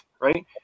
right